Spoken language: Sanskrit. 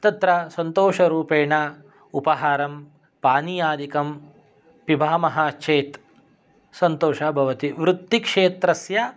तत्र सन्तोषरूपेण उपाहारं पानीयादिकं पिबामः चेत् सन्तोषः भवति वृत्तिक्षेत्रस्य